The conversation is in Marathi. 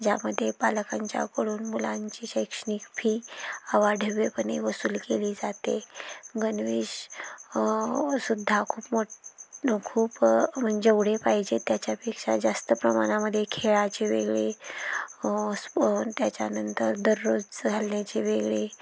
ज्यामध्ये पालकांच्याकडून मुलांची शैक्षणिक फी आवाढव्यपणे वसूल केली जाते गणवेष सुद्धा खूप मो खूप म्हण जेवढे पाहिजे त्याच्यापेक्षा जास्त प्रमाणामध्ये खेळाची वेगळे स्प त्याच्यानंतर दररोज घालण्याचे वेगळे